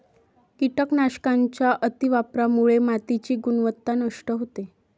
कीटकनाशकांच्या अतिवापरामुळे मातीची गुणवत्ता नष्ट होते